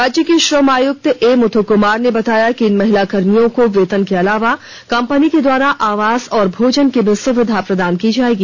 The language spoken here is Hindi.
राज्य के श्रम आयुक्त ए मुथ्र कुमार ने बताया कि इन महिला कर्मियों को वेतन के अलावा कंपनी के द्वारा आवास और भोजन की भी सुविधा प्रदान की जाएगी